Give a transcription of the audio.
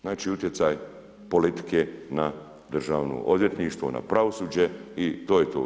Znači utjecaj politike na državno odvjetništvo, na pravosuđe i to je to.